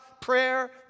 prayer